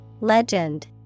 Legend